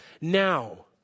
now